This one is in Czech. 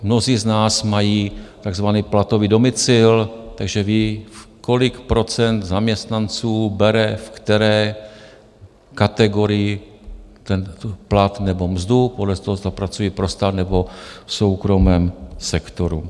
Mnozí z nás mají tzv. platový domicil, takže ví, kolik procent zaměstnanců bere v které kategorii ten plat nebo mzdu, podle toho zda pracují pro stát nebo v soukromém sektoru.